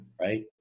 Right